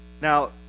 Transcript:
Now